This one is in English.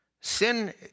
sin